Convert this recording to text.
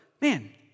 man